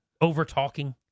over-talking